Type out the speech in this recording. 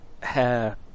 hair